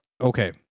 okay